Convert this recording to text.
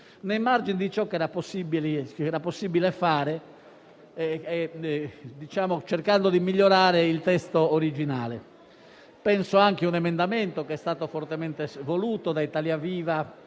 nei margini di ciò che era possibile fare, cercando di migliorare il testo originale. Penso anche a un emendamento che è stato fortemente voluto dal Gruppo Italia Viva